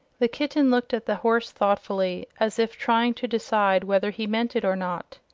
the kitten looked at the horse thoughtfully, as if trying to decide whether he meant it or not.